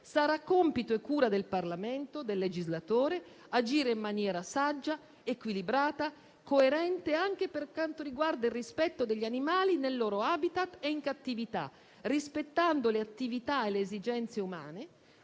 Sarà compito e cura del Parlamento, del legislatore, agire in maniera saggia, equilibrata, coerente anche per quanto riguarda il rispetto degli animali nel loro *habitat* e in cattività, rispettando le attività e le esigenze umane,